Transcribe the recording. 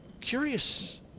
curious